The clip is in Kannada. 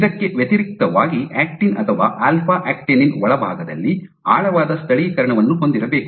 ಇದಕ್ಕೆ ವ್ಯತಿರಿಕ್ತವಾಗಿ ಆಕ್ಟಿನ್ ಅಥವಾ ಆಲ್ಫಾ ಆಕ್ಟಿನಿನ್ ಒಳಭಾಗದಲ್ಲಿ ಆಳವಾದ ಸ್ಥಳೀಕರಣವನ್ನು ಹೊಂದಿರಬೇಕು